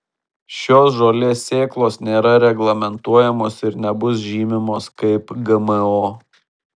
šios žolės sėklos nėra reglamentuojamos ir nebus žymimos kaip gmo